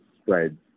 spreads